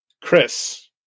Chris